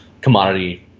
commodity